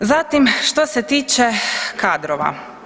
Zatim, što se tiče kadrova.